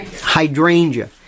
Hydrangea